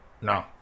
no